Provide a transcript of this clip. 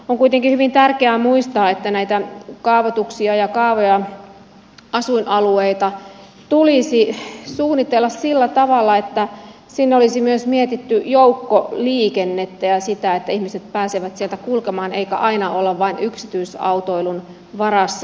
on kuitenkin hyvin tärkeää muistaa että näitä kaavoituksia ja kaavoja asuinalueita tulisi suunnitella sillä tavalla että sinne olisi myös mietitty joukkoliikennettä ja sitä että ihmiset pääsevät sieltä kulkemaan eikä aina olla vain yksityisautoilun varassa